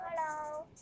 Hello